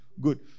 Good